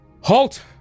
HALT